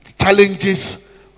challenges